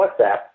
WhatsApp